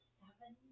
seven